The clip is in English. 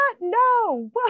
No